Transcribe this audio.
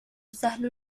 سهل